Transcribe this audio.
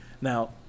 now